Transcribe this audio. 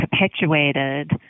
perpetuated